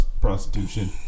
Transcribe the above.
prostitution